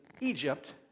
Egypt